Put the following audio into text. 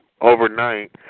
Overnight